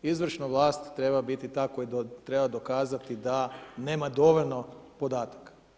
Izvršna vlast treba biti ta koja treba dokazati da nema dovoljno podataka.